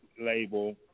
label